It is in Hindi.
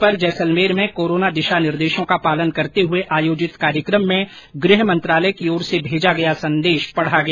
इस अवसर पर जैसलमेर में कोरोना दिशा निर्देशों का पालन करते हुए आयोजित कार्यक्रम में गृह मंत्रालय की ओर से भेजा गया संदेश पढ़ा गया